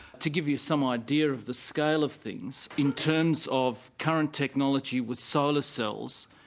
to give you some idea of the scale of things in terms of current technology with solar cells,